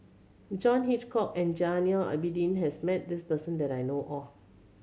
John Hitchcock and Zainal Abidin has met this person that I know of